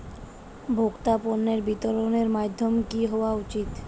ভোক্তা পণ্যের বিতরণের মাধ্যম কী হওয়া উচিৎ?